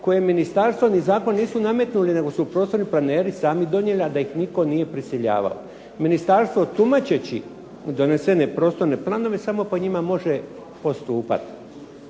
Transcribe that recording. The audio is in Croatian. koje ministarstvo ni zakon nisu nametnuli nego su prostorni planeri sami donijeli, a da ih nitko nije prisiljavao. Ministarstvo tumačeći donesene prostorne planove samo po njima može postupat.